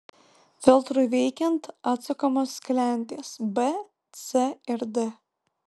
filtrui veikiant atsukamos sklendės b c ir d